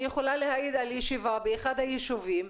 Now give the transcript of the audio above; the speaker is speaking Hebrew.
אני יכולה להעיד על ישיבה באחד היישובים,